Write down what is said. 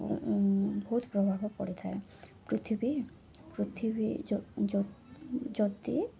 ବହୁତ ପ୍ରଭାବ ପଡ଼ିଥାଏ ପୃଥିବୀ ପୃଥିବୀ ଯଦି